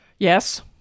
Yes